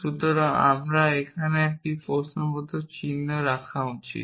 সুতরাং আমার এখানে একটি প্রশ্নবোধক চিহ্ন রাখা উচিত